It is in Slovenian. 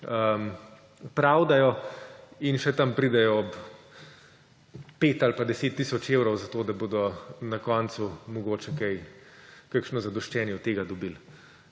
pravdajo in še tam pridejo ob 5 ali pa 10 tisoč evrov zato, da bodo na koncu mogoče kakšno zadoščenje od tega dobili.